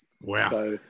Wow